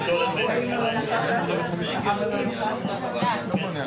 זה להפריע בזמן הצבעה.